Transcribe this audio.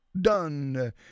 done